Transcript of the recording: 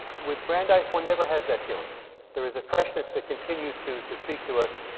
with brandeis one never has that feeling there is a freshness that continues to to speak to us.